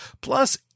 Plus